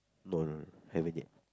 no haven't yet